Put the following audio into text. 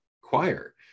choir